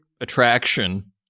attraction